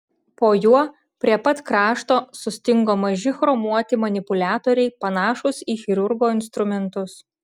po juo prie pat krašto sustingo maži chromuoti manipuliatoriai panašūs į chirurgo instrumentus